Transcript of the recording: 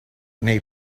nei